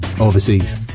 overseas